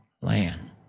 land